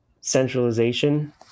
centralization